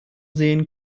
sehen